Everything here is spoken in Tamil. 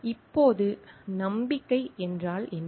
இப்போது நம்பிக்கை என்றால் என்ன